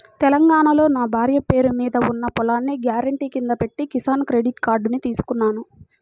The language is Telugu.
తెలంగాణాలో నా భార్య పేరు మీద ఉన్న పొలాన్ని గ్యారెంటీ కింద పెట్టి కిసాన్ క్రెడిట్ కార్డుని తీసుకున్నాను